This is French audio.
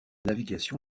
navigation